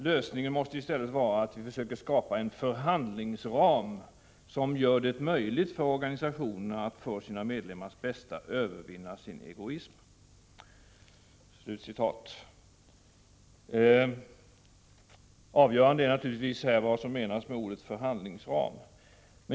Lösningen måste i stället vara att vi försöker skapa en förhandlingsram som gör det möjligt för organisationerna att för sina medlemmars bästa övervinna sin egoism.” Avgörande är naturligtvis vad som här menas med ordet ”förhandlingsram”.